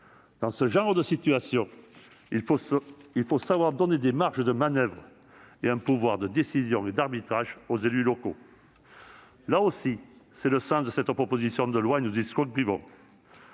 Dans ce genre de situation, il faut savoir donner des marges de manoeuvre et un pouvoir de décision et d'arbitrage aux élus locaux. Tel est le sens de cette proposition de loi, à laquelle nous souscrivons.